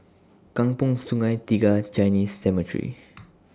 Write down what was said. Kampong Sungai Tiga Chinese Cemetery